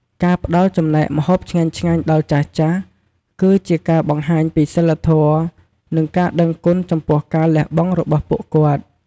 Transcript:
ការផ្តល់ចំណែកម្ហូបឆ្ងាញ់ៗដល់ចាស់ៗ គឺជាការបង្ហាញពីសីលធម៌ និងការដឹងគុណចំពោះការលះបង់របស់ពួកគាត់។